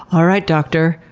alright doctor.